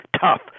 Tough